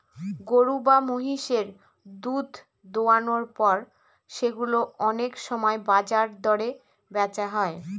গরু বা মহিষের দুধ দোহানোর পর সেগুলো অনেক সময় বাজার দরে বেচা হয়